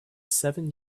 seven